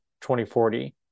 2040